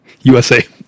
USA